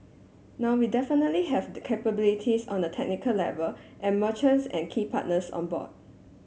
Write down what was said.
now we definitely have the capabilities on a technical level and merchants and key partners on board